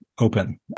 open